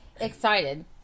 excited